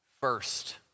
first